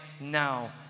now